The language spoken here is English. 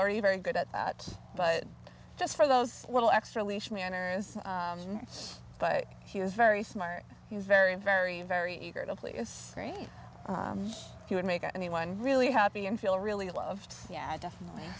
already very good at that but just for those little extra leash manners but he is very smart he's very very very eager to please me he would make anyone really happy and feel really loved yeah definitely